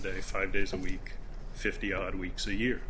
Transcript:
a day five days a week fifty odd weeks a year